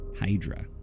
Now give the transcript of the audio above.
HYDRA